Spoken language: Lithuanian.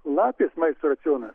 lapės maisto racionas